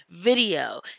video